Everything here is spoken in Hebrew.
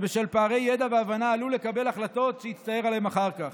שבשל פערי ידע והבנה עלול לקבל החלטות שיצטער עליהן אחר כך.